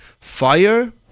Fire